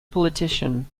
politician